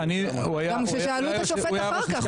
גם כששאלו את השופט אחר כך,